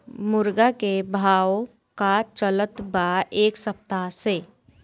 मुर्गा के भाव का चलत बा एक सप्ताह से?